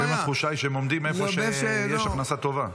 לפעמים התחושה היא שהם עומדים איפה שיש הכנסה טובה.